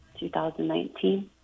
2019